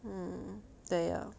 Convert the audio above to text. mm 对 lor